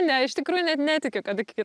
ne iš tikrųjų net netikiu kad iki